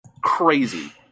Crazy